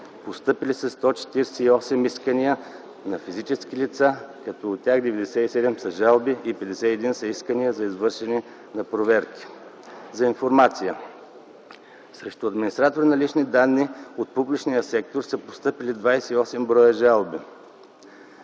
Постъпили са 148 искания на физически лица, като от тях 97 са жалби и 51 са искания за извършване на проверки. За информация срещу администратори на лични данни от публичния сектор са постъпили 28 бр. жалби,